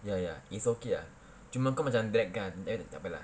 ya ya it's okay ya cuma kau macam drag kan then tak apa lah